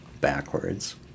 backwards